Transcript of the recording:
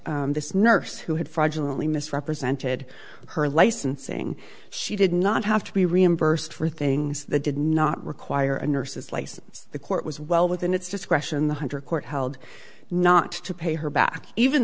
that this nurse who had fraudulent misrepresented her licensing she did not have to be reimbursed for things that did not require a nurse's license the court was well within its discretion the hundred court held not to pay her back even